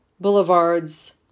boulevards